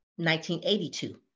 1982